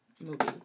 movie